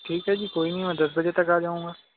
ٹھیک ہے جی کوئی نہیں میں دس بجے تک آ جاؤں گا